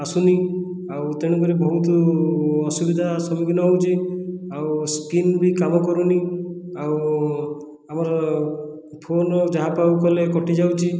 ଆସୁନି ଆଉ ତେଣୁକରି ବହୁତ ଅସୁବିଧା ସମ୍ମୁଖୀନ ହେଉଛି ଆଉ ସ୍କ୍ରିନ ବି କାମ କରୁନି ଆଉ ଆମର ଫୋନ ଯାହା ପାଖକୁ କଲେ କଟିଯାଉଛି